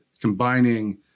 combining